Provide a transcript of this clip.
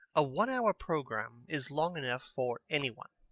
a one hour programme is long enough for any one.